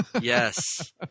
Yes